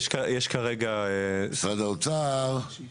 משרד האוצר, שלום.